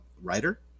writer